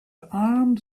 armed